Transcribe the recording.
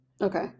Okay